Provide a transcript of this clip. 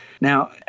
Now